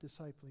discipling